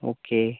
okay